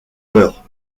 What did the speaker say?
meurt